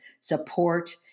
support